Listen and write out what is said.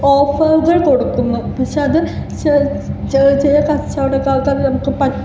ഓഫറുകൾ കൊടുക്കുന്നു പക്ഷേ അത് ചെറിയ ചെറിയ കച്ചവടക്കാർക്ക് അത് അവർക്ക് അത്